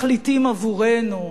מחליטים עבורנו,